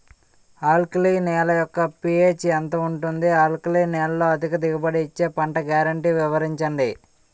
Alkali నేల యెక్క pH ఎంత ఉంటుంది? ఆల్కలి నేలలో అధిక దిగుబడి ఇచ్చే పంట గ్యారంటీ వివరించండి?